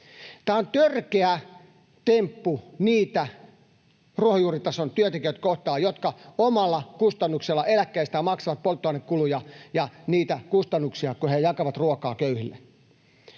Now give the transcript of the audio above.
Tämä on törkeä temppu niitä ruohonjuuritason työntekijöitä kohtaan, jotka omalla kustannuksellaan, eläkkeestään, maksavat polttoainekuluja ja kustannuksia, kun he jakavat ruokaa köyhille.